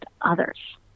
others